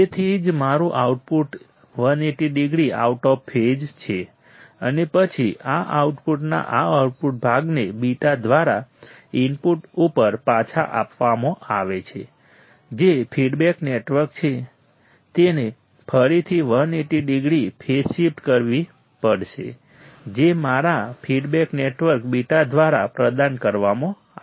તેથી જ મારું output 180 degree out of phase છે અને પછી આ આઉટપુટના આ આઉટપુટ ભાગને β દ્વારા ઇનપુટ ઉપર પાછા આપવામાં આવે છે જે ફીડબેક નેટવર્ક છે તેને ફરીથી 180 ડિગ્રી ફેઝ શિફ્ટ કરવી પડશે જે મારા ફીડબેક નેટવર્ક β દ્વારા પ્રદાન કરવામાં આવે છે